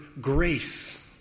grace